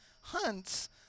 hunts